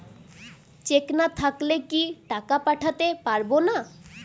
Check না থাকলে কি টাকা পাঠাতে পারবো না?